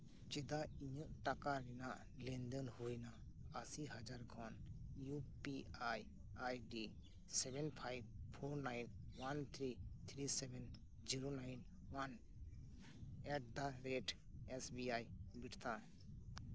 ᱪᱮᱫᱟᱜ ᱤᱧᱟᱹᱜ ᱴᱟᱠᱟ ᱨᱮᱱᱟᱜ ᱞᱮᱱᱫᱮᱱ ᱦᱩᱭᱮᱱᱟ ᱟᱥᱤ ᱦᱟᱡᱟᱨ ᱠᱷᱚᱱ UPI ID seven five four nine one three three seven zero nine one ᱮᱰᱫᱟ ᱨᱮᱴ ᱮᱥᱵᱤ ᱟᱭ